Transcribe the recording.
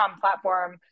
platform